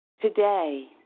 today